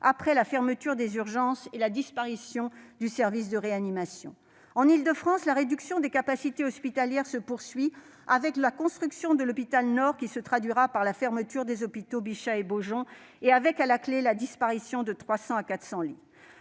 après la fermeture des urgences et la disparition du service de réanimation. En Île-de-France, la réduction des capacités hospitalières se poursuit avec la construction de l'hôpital Nord, qui se traduira par la fermeture des hôpitaux Bichat et Beaujon. À la clé, la disparition de 300 à 400 lits